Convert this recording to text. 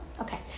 Okay